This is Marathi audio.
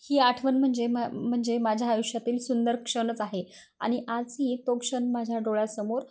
ही आठवण म्हणजे मग म्हणजे माझ्या आयुष्यातील सुंदर क्षणच आहे आणि आजही तो क्षण माझ्या डोळ्यासमोर